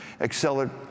accelerate